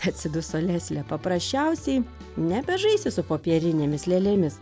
atsiduso leslė paprasčiausiai nebežaisi su popierinėmis lėlėmis